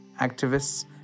activists